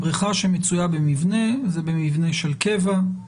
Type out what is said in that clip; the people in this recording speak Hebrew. בריכה שמצויה במבנה זה במבנה של קבע,